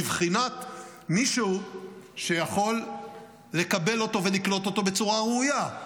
בבחינת מישהו שיכול לקבל אותו ולקלוט אותו בצורה ראויה.